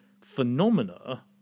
phenomena